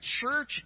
church